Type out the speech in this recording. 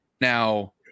Now